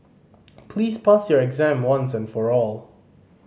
please pass your exam once and for all